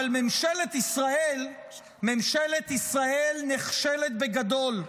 אבל ממשלת ישראל נכשלת בגדול.